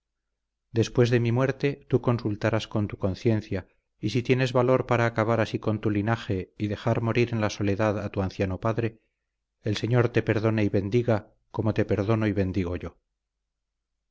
después de mi muerte tú consultarás con tu conciencia y si tienes valor para acabar así con tu linaje y dejar morir en la soledad a tu anciano padre el señor te perdone y bendiga como te perdono y bendigo yo